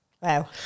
Wow